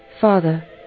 Father